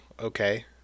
okay